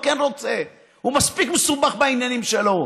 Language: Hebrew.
הוא מספיק מסובך בעניינים שלו.